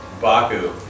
Baku